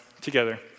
together